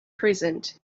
present